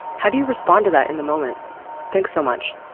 how do you respond to that in the moment thanks so much.